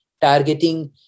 targeting